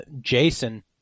Jason